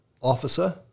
officer